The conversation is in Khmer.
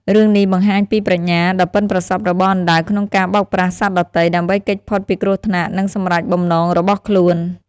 រឿងនេះបង្ហាញពីប្រាជ្ញាដ៏ប៉ិនប្រសប់របស់អណ្ដើកក្នុងការបោកប្រាស់សត្វដទៃ ដើម្បីគេចផុតពីគ្រោះថ្នាក់ និងសម្រេចបំណងរបស់ខ្លួន។